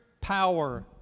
power